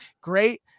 great